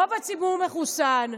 רוב הציבור מחוסן,